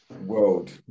world